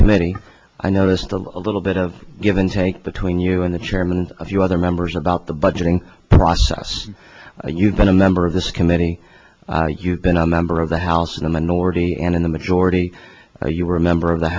committee i noticed a little bit of give and take between you and the chairman and a few other members about the budgeting process you've been a member of this committee you've been a member of the house in the minority and in the majority you were a member of the